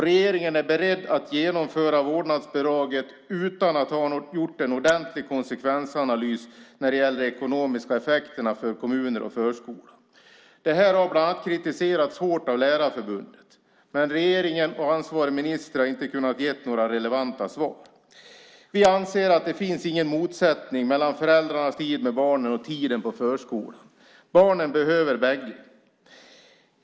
Regeringen är beredd att genomföra vårdnadsbidraget utan att ha gjort en ordentlig konsekvensanalys när det gäller de ekonomiska effekterna för kommuner och förskolor. Detta har bland annat kritiserats hårt av Lärarförbundet, men regeringen och ansvarig minister har inte kunnat ge några relevanta svar. Vi anser att det inte finns någon motsättning mellan föräldrarnas tid med barnen och tiden på förskolan. Barnen behöver båda delarna!